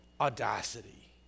audacity